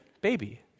baby